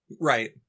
Right